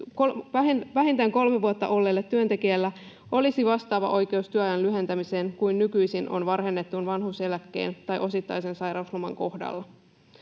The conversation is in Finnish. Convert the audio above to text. vähintään kolme vuotta olleella työntekijällä olisi vastaava oikeus työajan lyhentämiseen kuin nykyisin on varhennetun vanhuuseläkkeen tai osittaisen sairausloman kohdalla.